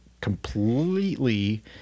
completely